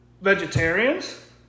vegetarians